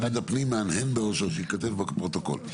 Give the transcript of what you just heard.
משרד הפנים מהנהן בראשו, שייכתב בפרוטוקול.